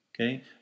Okay